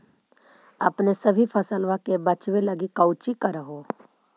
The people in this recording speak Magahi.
अपने सभी फसलबा के बच्बे लगी कौची कर हो?